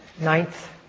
ninth